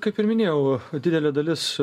kaip ir minėjau didelė dalis